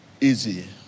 easy